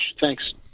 Thanks